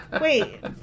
Wait